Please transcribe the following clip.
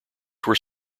were